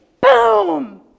boom